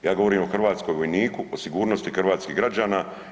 Ja govorim o hrvatskom vojnikom, o sigurnosti hrvatskih građana.